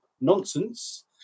nonsense